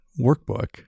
workbook